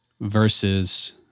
versus